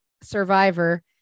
Survivor